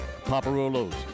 Paparolo's